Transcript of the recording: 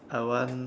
I want